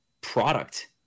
product